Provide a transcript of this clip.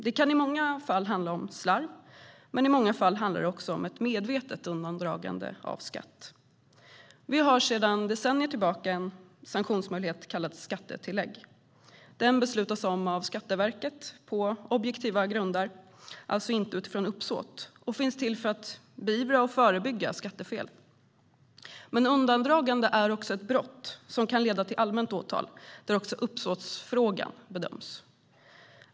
Det kan i många fall handla om slarv, men i många fall handlar det också om ett medvetet undandragande av skatt. Vi har sedan decennier tillbaka en sanktionsmöjlighet som kallas skattetillägg. Den beslutas om av Skatteverket på objektiva grunder, alltså inte utifrån uppsåt, och finns till för att beivra och förebygga skattefel. Men undandragande är också ett brott som kan leda till allmänt åtal. Då bedöms även uppsåtsfrågan.